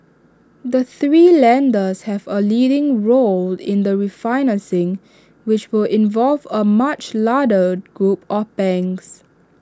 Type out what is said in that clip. the three lenders have A leading role in the refinancing which will involve A much larder group of banks